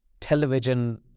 television